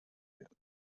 werden